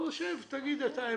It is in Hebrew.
אז יש ויתור סודיות של האזרח?